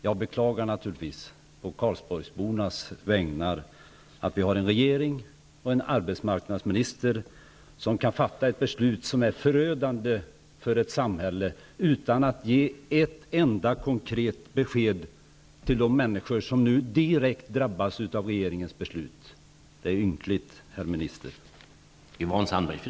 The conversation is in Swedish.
Jag beklagar naturligtvis på karlsborgsbornas vägnar att vi har en regering och en arbetsmarknadsminister som kan fatta ett beslut som är förödande för ett samhälle, utan att ge ett enda konkret besked till de människor som nu direkt drabbas av regeringens beslut. Det är ynkligt, herr minister.